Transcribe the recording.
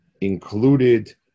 included